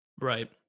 Right